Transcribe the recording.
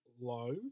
low